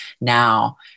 now